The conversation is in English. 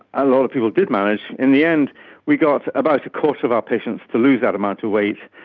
a lot of people did manage. in the end we got about a quarter of our patients to lose that amount of weight.